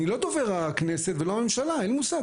אני לא דובר הכנסת, ולא הממשלה, אין לי מושג.